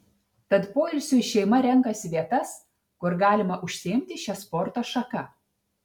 tad poilsiui šeima renkasi vietas kur galima užsiimti šia sporto šaka